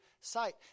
sight